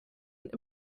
und